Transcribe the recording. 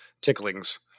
ticklings